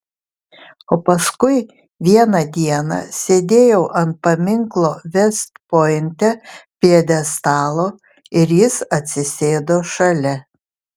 o paskui vieną dieną sėdėjau ant paminklo vest pointe pjedestalo ir jis atsisėdo šalia